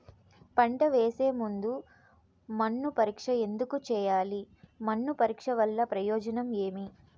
పంట వేసే ముందు మన్ను పరీక్ష ఎందుకు చేయాలి? మన్ను పరీక్ష వల్ల ప్రయోజనం ఏమి?